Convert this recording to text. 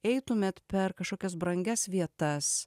eitumėt per kažkokias brangias vietas